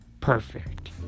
Perfect